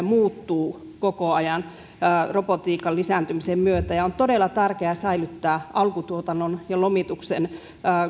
muuttuu koko ajan robotiikan lisääntymisen myötä ja on todella tärkeää säilyttää alkutuotannon ja lomituksen